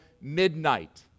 midnight